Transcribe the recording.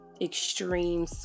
extreme